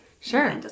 Sure